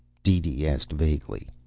deedee asked vaguely.